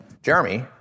Jeremy